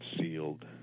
sealed